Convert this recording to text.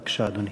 בבקשה, אדוני.